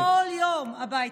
תשלח לו כל יום הביתה.